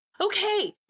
okay